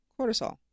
cortisol